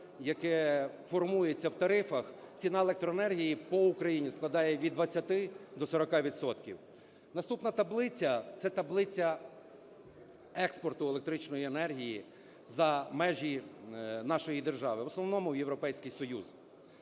яке формується в тарифах, ціна електроенергії по Україні складає від 20 до 40 відсотків. Наступна таблиця – це таблиця експорту електричної енергії за межі нашої держави, в основному в Європейський Союз.